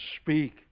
speak